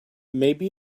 maybe